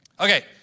Okay